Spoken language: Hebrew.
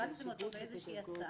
בזמן ההסעה.